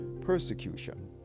persecution